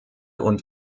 und